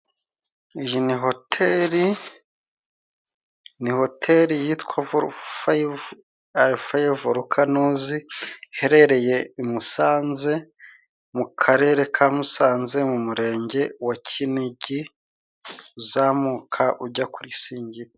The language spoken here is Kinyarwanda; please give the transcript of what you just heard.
Iyi ni hoteri ni hotel yitwa Volufayive Alufe Volukanozi iherereye i Musanze, mu karere ka Musanze ,mu murenge wa Kinigi ,uzamuka ujya kuri Singita.